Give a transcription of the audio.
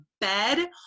bed